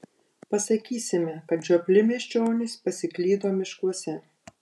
pasakysime kad žiopli miesčionys pasiklydo miškuose